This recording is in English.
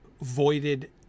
voided